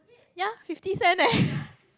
ya fifty cent eh